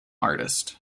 artist